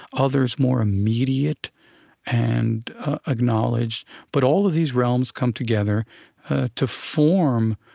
others more immediate and acknowledged but all of these realms come together to form